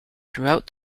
throughout